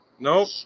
Nope